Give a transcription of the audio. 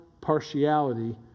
partiality